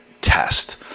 test